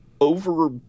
Over